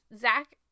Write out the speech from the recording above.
Zach